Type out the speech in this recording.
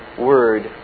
word